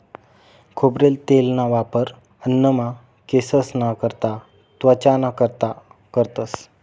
खोबरेल तेलना वापर अन्नमा, केंससना करता, त्वचाना कारता करतंस